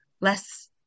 less